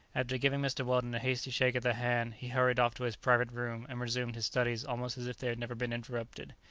after giving mr. weldon a hasty shake of the hand, he hurried off to his private room, and resumed his studies almost as if they had never been interrupted.